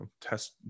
test